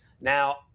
now